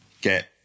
get